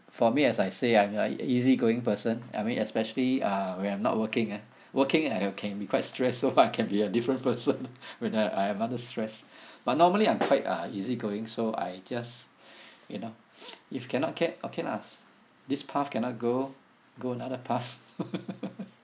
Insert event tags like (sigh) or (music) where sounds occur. for me as I say I'm a easy going person I mean especially uh when I'm not working ah working I uh can be quite stress so I can be a different person (laughs) when I I am under stress (breath) but normally I'm quite uh easy going so I just (breath) you know (breath) if cannot get okay lah this path cannot go go another path (laughs)